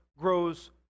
grows